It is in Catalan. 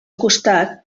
costat